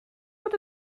bod